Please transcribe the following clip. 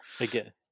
Again